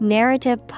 Narrative